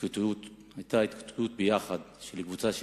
היתה התקוטטות של קבוצת צעירים,